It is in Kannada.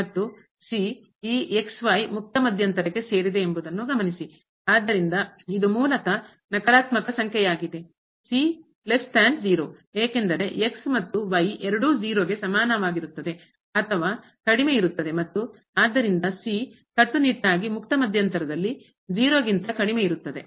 ಮತ್ತು ಈ ಮುಕ್ತ ಮಧ್ಯಂತರಕ್ಕೆ ಸೇರಿದೆ ಎಂಬುದನ್ನು ಗಮನಿಸಿ ಆದ್ದರಿಂದ ಇದು ಮೂಲತಃ ನಕಾರಾತ್ಮಕ ಸಂಖ್ಯೆಯಾಗಿದೆ ಏಕೆಂದರೆ ಮತ್ತು ಎರಡೂ ಗೆ ಸಮನಾಗಿರುತ್ತದೆ ಅಥವಾ ಕಡಿಮೆ ಇರುತ್ತದೆ ಮತ್ತು ಆದ್ದರಿಂದ ಕಟ್ಟುನಿಟ್ಟಾಗಿ ಮುಕ್ತ ಮಧ್ಯಂತರದಲ್ಲಿ ಗಿಂತ ಕಡಿಮೆ ಇರುತ್ತದೆ